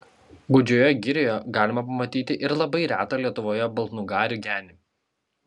gūdžioje girioje galima pamatyti ir labai retą lietuvoje baltnugarį genį